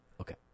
Okay